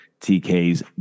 TK's